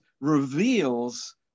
reveals